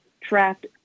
trapped